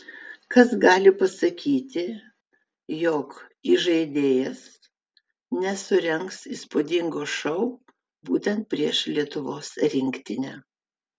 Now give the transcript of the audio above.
kas gali pasakyti jog įžaidėjas nesurengs įspūdingo šou būtent prieš lietuvos rinktinę